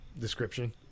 description